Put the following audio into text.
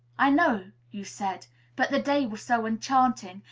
i know, you said but the day was so enchanting,